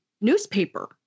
newspaper